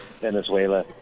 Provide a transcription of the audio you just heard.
Venezuela